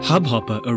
Hubhopper